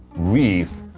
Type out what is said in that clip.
reef.